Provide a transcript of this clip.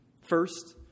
First